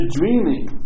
dreaming